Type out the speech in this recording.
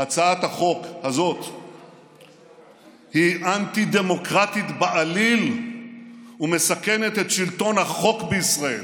"הצעת החוק הזו היא אנטי-דמוקרטית בעליל ומסכנת את שלטון החוק בישראל,